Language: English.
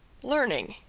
learning,